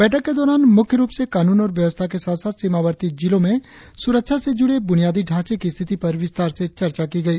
बैठक के दौरान मुख्य रुप से कानून और व्यवस्था के साथ साथ सीमावर्ती इलाकों में सुरक्षा से जुड़े ब्रनियादी ढ़ांचे की स्थिति पर विस्तार से चर्चा की गई